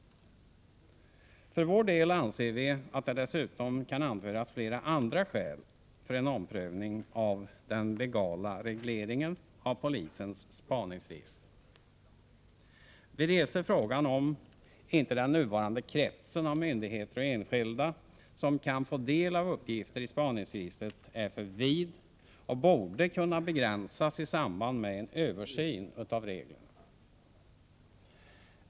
För vår del anser vi att det dessutom kan anföras flera andra skäl för en omprövning av den legala regleringen av polisens spaningsregister. Vi reser frågan om inte den nuvarande kretsen av myndigheter och enskilda som kan få del av uppgifter i spaningsregistret är för vid och borde kunna begränsas i samband med en översyn av reglerna.